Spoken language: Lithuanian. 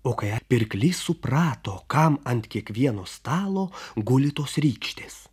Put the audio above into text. o kai pirklys suprato kam ant kiekvieno stalo guli tos rykštės